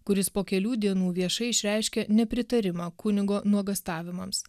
kuris po kelių dienų viešai išreiškė nepritarimą kunigo nuogąstavimams